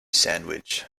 sandwich